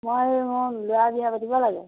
মই মোৰ ল'ৰাৰ বিয়া পাতিব লাগে